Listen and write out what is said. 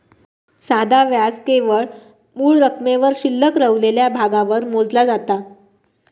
साधा व्याज केवळ मूळ रकमेवर शिल्लक रवलेल्या भागावर मोजला जाता